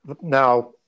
Now